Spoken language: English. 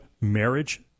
marriage